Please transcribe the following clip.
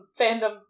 fandom